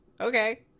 okay